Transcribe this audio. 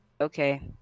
okay